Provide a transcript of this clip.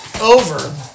over